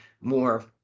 more